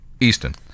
Easton